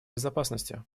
безопасности